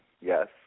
Yes